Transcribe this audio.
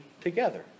together